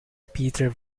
peter